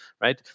right